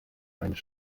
eines